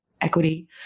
equity